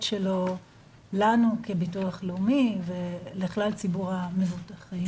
שלו לנו כביטוח לאומי ובכלל לציבור המבוטחים.